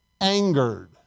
angered